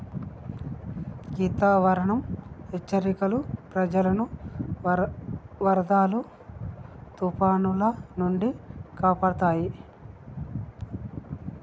గీ వాతావరనం హెచ్చరికలు ప్రజలను వరదలు తుఫానాల నుండి కాపాడుతాయి